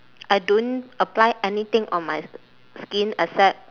I don't apply anything on my skin except